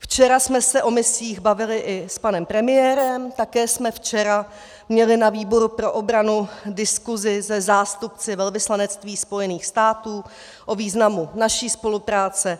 Včera jsme se o misích bavili i s panem premiérem, také jsme včera měli na výboru pro obranu diskuzi se zástupci velvyslanectví Spojených států o významu naší spolupráce.